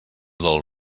del